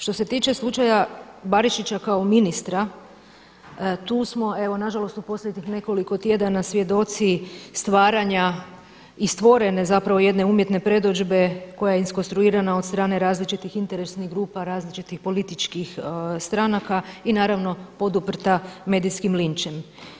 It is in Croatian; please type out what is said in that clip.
Što se tiče slučaja Barišića kao ministra tu smo evo nažalost u posljednjih nekoliko tjedana svjedoci stvaranja i stvorene zapravo jedne umjetne predodžbe koja se iskonstruirana od strane različitih interesnih grupa, različitih političkih stranaka i naravno poduprta medijskim linčem.